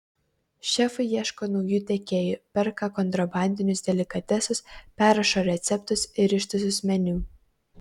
šefai ieško naujų tiekėjų perka kontrabandinius delikatesus perrašo receptus ir ištisus meniu